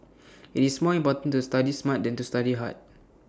IT is more important to study smart than to study hard